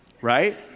right